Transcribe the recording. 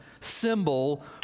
symbol